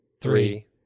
Three